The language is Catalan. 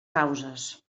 causes